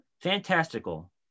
Fantastical